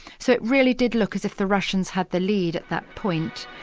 so it really did look as if the russians had the lead at that point,